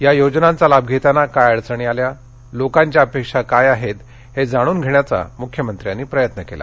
या योजनांचा लाभ घेताना काय अडचणी आल्या लोकांची अपेक्षा काय आहे हे जाणून घेण्याचा मुख्यमंत्र्यांनी प्रयत्न केला